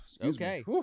Okay